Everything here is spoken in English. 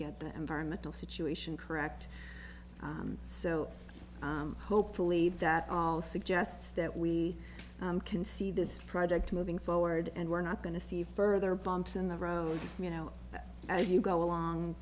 get the environmental situation correct so hopefully that all suggests that we can see this project moving forward and we're not going to see further bumps in the road you know as you go along